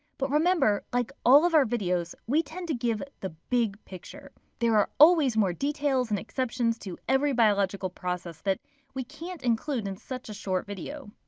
but remember, like all of our videos, we tend to give the big picture. there are always more details and exceptions to every biological process that we can't include in such a short video.